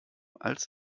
als